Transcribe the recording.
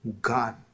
God